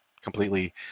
completely